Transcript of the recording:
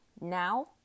Now